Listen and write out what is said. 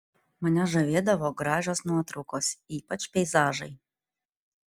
mane žavėdavo gražios nuotraukos ypač peizažai